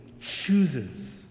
chooses